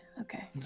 Okay